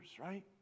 right